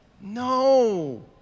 No